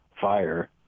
fire